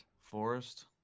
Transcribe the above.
Forest